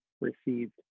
received